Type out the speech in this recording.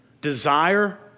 desire